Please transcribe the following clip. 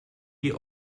die